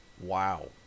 Wow